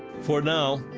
for now,